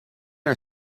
are